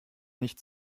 nicht